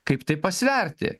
kaip tai pasverti